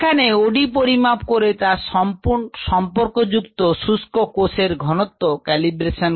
এখানে OD পরিমাপ করে তার ক্যালিব্রেশন কার্ভ দ্বারা শুষ্ককোষের এর ঘনত্ব পরিমাপ করা হয়